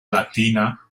latina